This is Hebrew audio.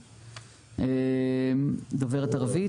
דוברת ערבית,